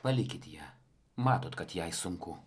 palikit ją matot kad jai sunku